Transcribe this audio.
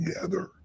together